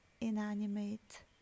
inanimate